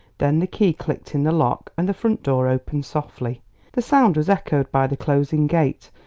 then the key clicked in the lock and the front door opened softly the sound was echoed by the closing gate,